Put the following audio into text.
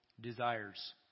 desires